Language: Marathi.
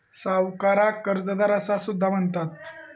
सावकाराक कर्जदार असा सुद्धा म्हणतत